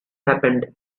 happened